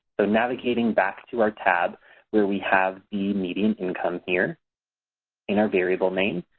so navigating back to our tab where we have the median income here in our variable name,